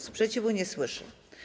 Sprzeciwu nie słyszę.